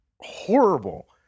horrible